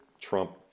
Trump